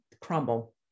crumble